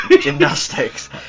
gymnastics